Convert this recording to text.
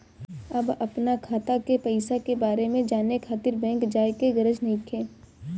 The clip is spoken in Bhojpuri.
अब अपना खाता के पईसा के बारे में जाने खातिर बैंक जाए के गरज नइखे